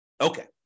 Okay